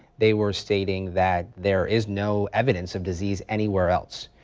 they were stating that there is no evidence of disease anywhere else.